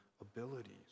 abilities